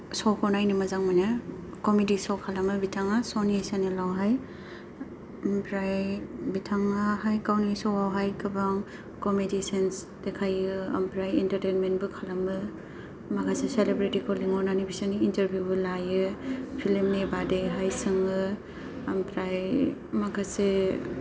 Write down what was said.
स'खौ नायनो मोजां मोनो कमेदि स' खालामो बिथाङा सनि सेनेलावहाय ओमफ्राय बिथाङाहाय गावनि स'वावहाय गोबां कमेदि सेन्स देखायो ओमफ्राय एन्तारतैनमेन्तबो खालामो माखासे सेलिब्रेटिखौ लिंहरनानै बिसोरनि इन्टारभिउबो लायो फिलिमनि बागैहाय सोङो ओमफ्राय माखासे